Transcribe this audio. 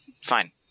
fine